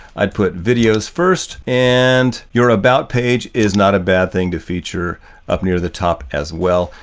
i'd put videos first and your about page is not a bad thing to feature up near the top as well.